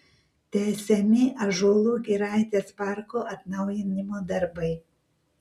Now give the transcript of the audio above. tęsiami ąžuolų giraitės parko atnaujinimo darbai